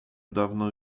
dawno